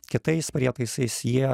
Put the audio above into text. kitais prietaisais jie